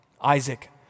Isaac